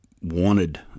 wanted